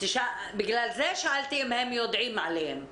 בגלל זה שאלתי אם הם יודעים עליהם.